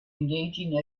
engaging